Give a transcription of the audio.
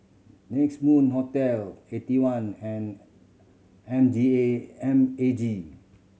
Next Moon Hotel Eighty One and M G A M A G